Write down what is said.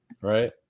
Right